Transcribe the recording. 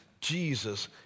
Jesus